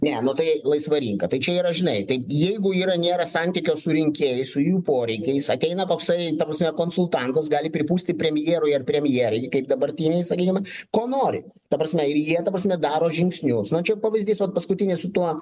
ne tai laisva rinka tai čia yra žinai tai jeigu yra nėra santykio su rinkėjais su jų poreikiais ateina toksai ta prasme konsultantas gali pripūsti premjerui ar premjerei kaip dabartinei sakykim ko nori ta prasme ir jie ta prasme daro žingsnius na čia pavyzdys vat paskutinis su tuo